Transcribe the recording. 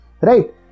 right